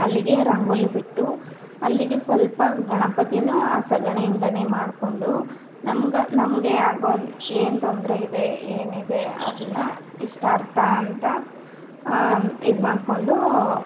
ಅಲ್ಲಿಗೆ ರಂಗೋಲಿ ಬಿಟ್ಟು ಅಲ್ಲಿಗೆ ಸ್ವಲ್ಪ ಗಣಪತಿನೂ ಆ ಸಗಣಿಯಿಂದಲೇ ಮಾಡಿಕೊಂಡು ನಮ್ಗೆ ನಮಗೆ ಆಗೊ ಏನು ತೊಂದರೆ ಇದೆ ಏನಿದೆ ಅದನ್ನು ಇಷ್ಟಾರ್ಥ ಅಂತ ಇದು ಮಾಡಿಕೊಂಡು